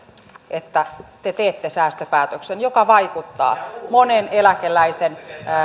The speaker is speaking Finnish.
että te teette säästöpäätöksen joka vaikuttaa monen eläkeläisen